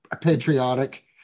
patriotic